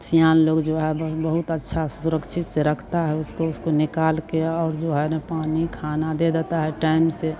सियान लोग जो है बह बहुत अच्छे से सुरक्षित से रखता है उसको उसको निकालकर और जो है न पानी खाना दे देता है टइम से